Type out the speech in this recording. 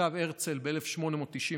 שכתב הרצל ב-1896,